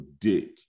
dick